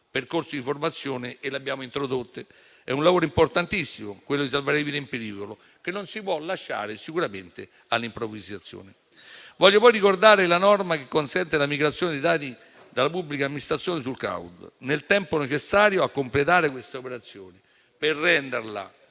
percorso di formazione e le abbiamo introdotte. È un lavoro importantissimo quello di salvare vite in pericolo, che non si può lasciare sicuramente all’improvvisazione. Vorrei poi ricordare la norma che consente la migrazione di dati della pubblica amministrazione sul cloud nel tempo necessario a completare queste operazioni, per renderla